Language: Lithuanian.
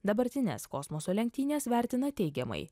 dabartines kosmoso lenktynes vertina teigiamai